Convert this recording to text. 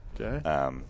Okay